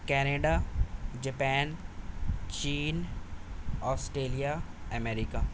Canada Japan چین Australia America